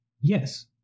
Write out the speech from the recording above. Yes